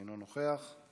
אינו נוכח.